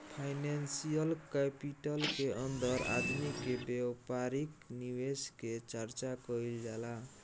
financial capital के अंदर आदमी के व्यापारिक निवेश के चर्चा कईल जाला